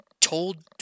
told